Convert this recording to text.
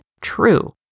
true